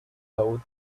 thought